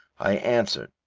i answered,